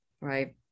right